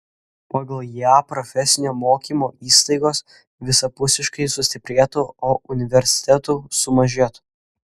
pagal ją profesinio mokymo įstaigos visapusiškai sustiprėtų o universitetų sumažėtų